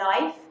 life